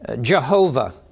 Jehovah